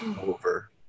Over